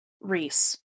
Reese